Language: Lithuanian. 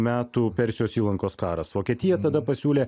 metų persijos įlankos karas vokietija tada pasiūlė